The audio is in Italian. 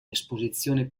esposizione